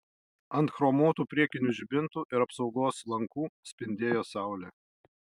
ant chromuotų priekinių žibintų ir apsaugos lankų spindėjo saulė